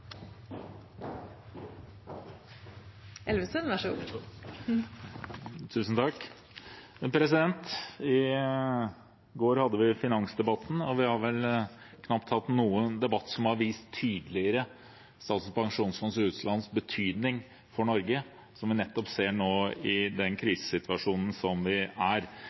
I går hadde vi finansdebatten, og vi har vel knapt hatt noen debatt som tydeligere har vist Statens pensjonsfond utlands betydning for Norge. Det ser vi nettopp nå i den krisesituasjonen som vi er